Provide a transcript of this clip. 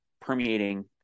permeating